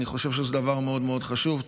אני חושב שזה דבר מאוד מאוד חשוב.